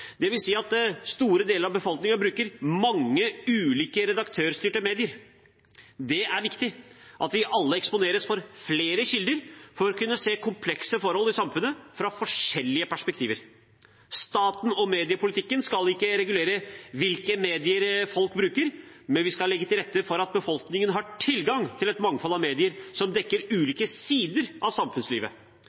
at store deler av befolkningen bruker mange ulike redaktørstyrte medier. Det er viktig at vi alle eksponeres for flere kilder for å kunne se komplekse forhold i samfunnet fra forskjellige perspektiver. Staten og mediepolitikken skal ikke regulere hvilke medier folk bruker, men vi skal legge til rette for at befolkningen har tilgang til et mangfold av medier som dekker ulike sider av samfunnslivet.